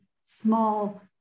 small